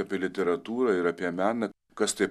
apie literatūrą ir apie meną kas tai